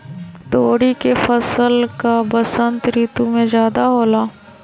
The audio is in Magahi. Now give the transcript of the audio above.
तोरी के फसल का बसंत ऋतु में ज्यादा होला?